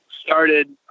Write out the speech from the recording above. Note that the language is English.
started